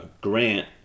grant